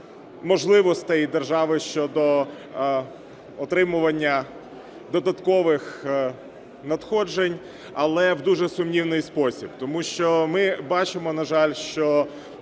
можливостей держави щодо отримування додаткових надходжень, але в дуже сумнівний спосіб. Тому що ми бачимо, на жаль, що